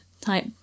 type